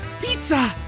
Pizza